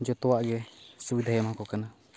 ᱡᱚᱛᱚᱣᱟᱜ ᱜᱮ ᱥᱩᱵᱤᱫᱷᱟᱭ ᱮᱢᱟ ᱠᱚ ᱠᱟᱱᱟ